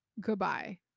Goodbye